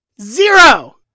Zero